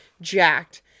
jacked